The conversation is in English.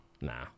nah